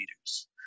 leaders